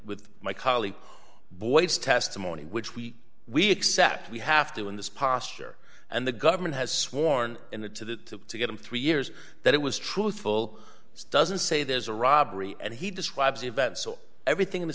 with my colleague boyd's testimony which we we accept we have to in this posture and the government has sworn in the to the to give them three years that it was truthful doesn't say there's a robbery and he describes events so everything in th